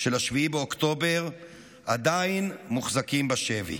של 7 באוקטובר עדיין מוחזקים בשבי.